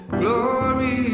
glory